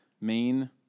main